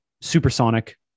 supersonic